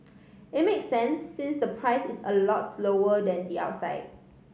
it make sense since the price is a lot lower than the outside